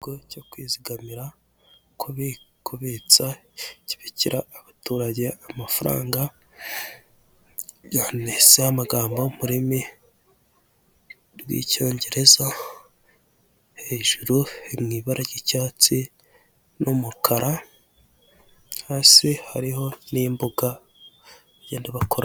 Ikigo cyo kwizigamira kubitsa kibikira abaturage amafaranga, handitseho amagambo, mu rimi rw'icyongereza, hejuru mu ibara ry'icyatsi, n'umukara hasi hariho n'imbuga bagenda bakora.